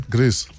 Greece